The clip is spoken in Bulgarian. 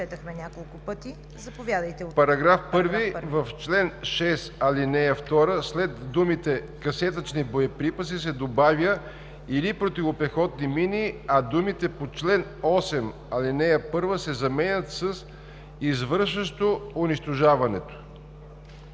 „§ 1. В чл. 6, ал. 2 след думите „касетъчни боеприпаси“ се добавя „или противопехотни мини“, а думите „по чл. 8, ал. 1“ се заменят с „извършващо унищожаването“.“